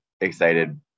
excited